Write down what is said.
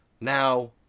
Now